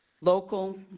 local